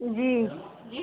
جی